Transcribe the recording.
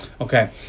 okay